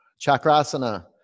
Chakrasana